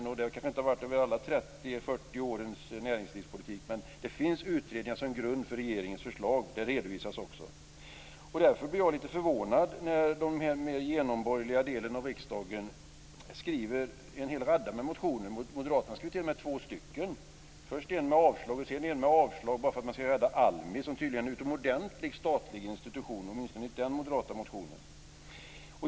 Det kanske inte har skett någon utvärdering av alla 30-40 årens näringspolitik, men det finns utredningar som grund för regeringens förslag. De redovisas också. Därför blir jag lite förvånad när den genomborgerliga delen av riksdagen skriver en hel radda av motioner. Moderaterna skriver t.o.m. två stycken, först en med avslag och sedan en med avslag bara för att man ska "rädda" ALMI som är en utomordentlig statlig institution, åtminstone i den moderata motionen.